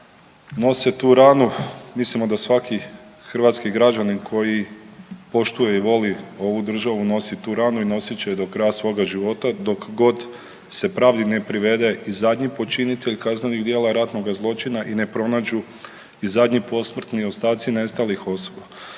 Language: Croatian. nose tu ranu, mislimo da svaki hrvatski građanin koji poštuje i voli ovu državu nosi tu ranu i nosit će je do kraja svoga života dok god se pravdi ne privede i zadnji počinitelj kaznenih djela ratnog zločina i ne pronađu i zadnji posmrtni ostaci nestalih osoba.